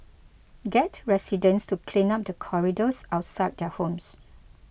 get residents to clean up the corridors outside their homes